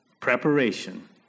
Preparation